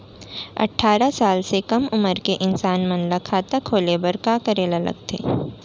अट्ठारह साल से कम उमर के इंसान मन ला खाता खोले बर का करे ला लगथे?